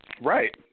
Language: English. Right